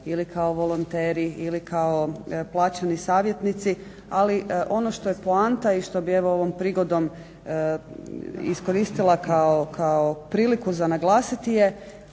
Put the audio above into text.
ili kao volonteri ili kao plaćeni savjetnici. Ali ono što je poanta i što bi ovom prigodom iskoristila kao priliku za naglasiti je